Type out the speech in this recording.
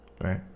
Right